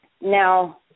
Now